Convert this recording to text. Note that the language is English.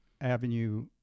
Avenue